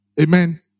Amen